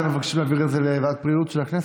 אתם מבקשים להעביר את זה לוועדת הבריאות של הכנסת?